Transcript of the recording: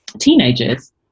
teenagers